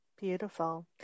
Beautiful